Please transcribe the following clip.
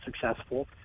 successful